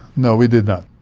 no, we did not.